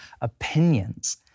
opinions